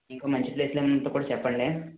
ఇంకా మంచి ప్లేస్లు ఏమైనా ఉంటే కూడా చెప్పండేం